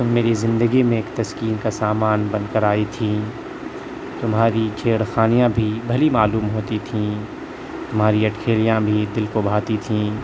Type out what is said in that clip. تم میری زندگی میں ایک تسکین کا سامان بن کر آئی تھی تمہاری چھیڑ خانیاں بھی بھلی معلوم ہوتی تھی تمہاری اٹکھیلیاں بھی دل کو بھاتی تھی